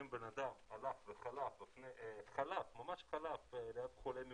אם בן אדם הלך וחלף, ממש חלף ליד חולה מאומת,